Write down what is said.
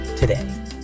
Today